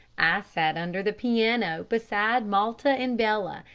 i sat under the piano beside malta and bella,